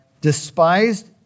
despised